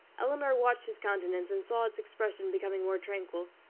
elinor watched his countenance and saw its expression becoming more tranquil.